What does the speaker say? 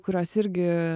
kurios irgi